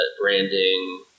branding